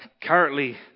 currently